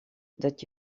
dat